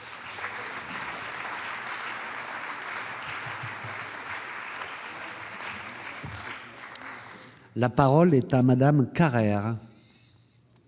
La parole est à Mme Maryse